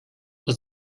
was